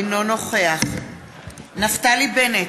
אינו נוכח נפתלי בנט,